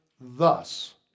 thus